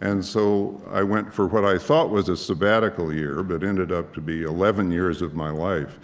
and so i went for what i thought was a sabbatical year but ended up to be eleven years of my life